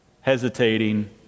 hesitating